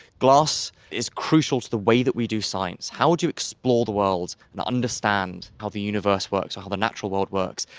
glass is crucial to the way that we do science. how would you explore the world and understand how the universe works or how the natural world works?